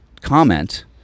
comment